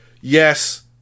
yes